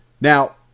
Now